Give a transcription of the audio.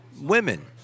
women